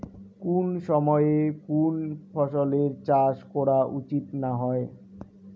কুন সময়ে কুন ফসলের চাষ করা উচিৎ না হয়?